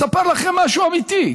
אספר לכם משהו אמיתי.